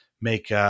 make